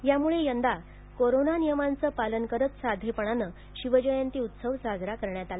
त्यामुळे यंदा कोरोना नियमांचं पालन करत साधेपणाने शिवजयंती उत्सव साजरा करण्यात आला